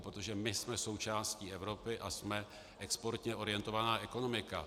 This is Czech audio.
Protože jsme součástí Evropy a jsme exportně orientovaná ekonomika.